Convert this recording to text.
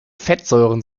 fettsäuren